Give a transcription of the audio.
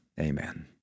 Amen